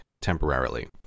temporarily